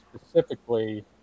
specifically